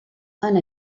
anna